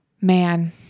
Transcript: Man